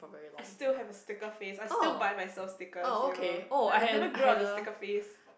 I still have a sticker phase I still buy myself sticker you know I never grew out of the sticker phase